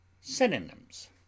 Synonyms